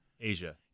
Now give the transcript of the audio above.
Asia